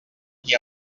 qui